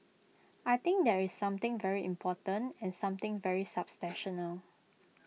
I think that's something very important and something very substantial